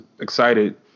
excited